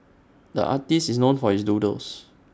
the artist is known for his doodles